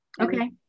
Okay